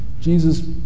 Jesus